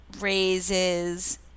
raises